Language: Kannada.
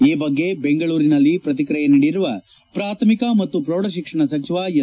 ಈ ಬಗ್ಗೆ ಬೆಂಗಳೂರಿನಲ್ಲಿ ಪ್ರತಿಕ್ರಿಯೆ ನೀಡಿರುವ ಪ್ರಾಥಮಿಕ ಮತ್ತು ಪ್ರೌಢ ಶಿಕ್ಷಣ ಸಚಿವ ಎಸ್